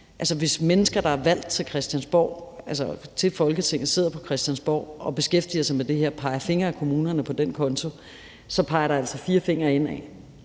hvis mennesker, der er valgt til Folketinget og sidder på Christiansborg og beskæftiger sig med det her, peger fingre ad kommunerne på den konto, peger der altså fire fingre indad,